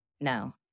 No